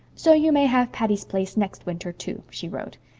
so you may have patty's place next winter, too, she wrote.